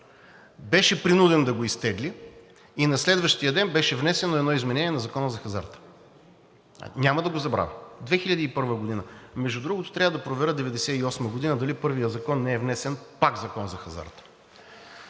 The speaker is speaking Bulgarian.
беше принуден да го изтегли и на следващия ден беше внесено едно изменение на Закона за хазарта. Няма да го забравя – 2001 г., между другото, трябва да проверя 1998 г. дали първият закон не е внесен – пак Закон за хазарта.